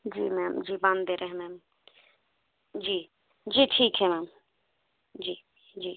जी ma'am जी बाँध दे रहे हैं मैम जी जी ठीक है मैम जी जी